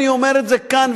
אני אומר את זה כאן,